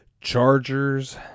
Chargers